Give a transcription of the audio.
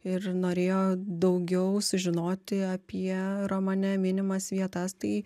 ir norėjo daugiau sužinoti apie romane minimas vietas tai